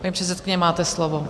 Paní předsedkyně, máte slovo.